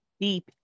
deep